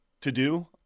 to-do